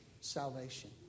salvation